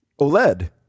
OLED